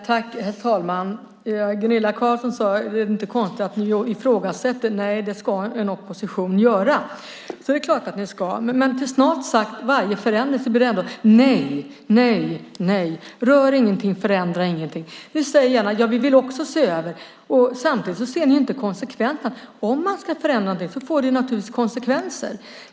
Herr talman! Gunilla Carlsson sade att det inte är konstigt att ni ifrågasätter. Nej, det ska en opposition göra. Men i fråga om snart sagt varje förändring säger ni: Nej, nej, nej. Rör ingenting, förändra ingenting. Ni säger gärna: Vi vill också se över detta. Men samtidigt ser ni inte konsekvenserna. Om man ska förändra någonting får det naturligtvis konsekvenser.